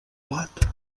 plat